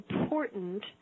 important